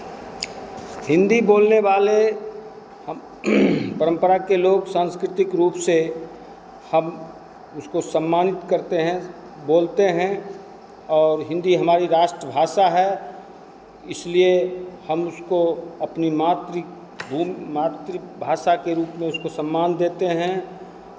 हिन्दी बोलने वाले हम परम्परा के लोग सांस्कृतिक रूप से हम उसको सम्मानित करते हैं बोलते हैं और हिन्दी हमारी राष्ट्रभाषा है इसलिए हम उसको अपनी मातृ भूमि मातृभाषा के रूप में उसको सम्मान देते हैं